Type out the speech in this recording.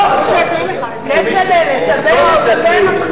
כצל'ה, לסבן,